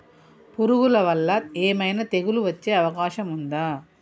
పురుగుల వల్ల ఏమైనా తెగులు వచ్చే అవకాశం ఉందా?